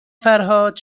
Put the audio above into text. فرهاد